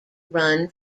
run